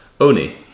Oni